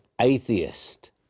atheist